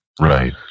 right